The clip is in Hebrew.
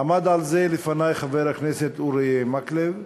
ועמד על זה לפני חבר הכנסת אורי מקלב: